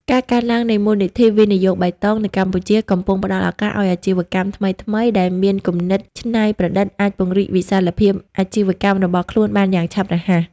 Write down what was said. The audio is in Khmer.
ការកើនឡើងនៃមូលនិធិវិនិយោគបៃតង នៅកម្ពុជា កំពុងផ្ដល់ឱកាសឱ្យអាជីវកម្មថ្មីៗ ដែលមានគំនិតច្នៃប្រឌិតអាចពង្រីកវិសាលភាពអាជីវកម្មរបស់ខ្លួនបានយ៉ាងឆាប់រហ័ស។